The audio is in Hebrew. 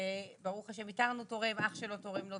ברוך השם, איתרנו תורם אח שלו תורם לו.